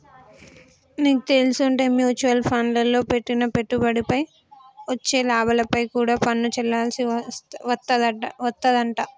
నీకు తెల్సుంటే మ్యూచవల్ ఫండ్లల్లో పెట్టిన పెట్టుబడిపై వచ్చే లాభాలపై కూడా పన్ను చెల్లించాల్సి వత్తదంట